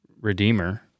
Redeemer